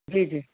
जी जी